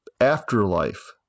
afterlife